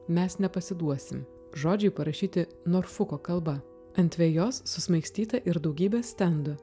mes nepasiduosim žodžiai parašyti norfuko kalba ant vejos susmaigstyta ir daugybė stendų